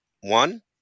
One